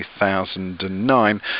2009